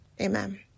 Amen